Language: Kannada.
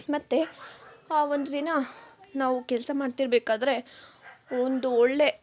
ಮತ್ತೆ ಒಂದು ದಿನ ನಾವು ಕೆಲಸ ಮಾಡ್ತಿರ್ಬೇಕಾದರೆ ಒಂದು ಒಳ್ಳೆ